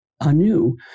anew